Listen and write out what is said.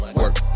work